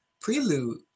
prelude